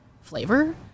flavor